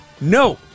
No